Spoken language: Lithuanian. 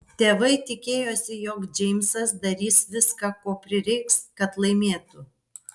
tėvai tikėjosi jog džeimsas darys viską ko prireiks kad laimėtų